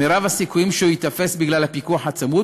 מרב הסיכויים שהוא ייתפס בגלל הפיקוח הצמוד.